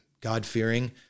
God-fearing